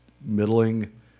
middling